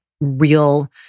real